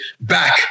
back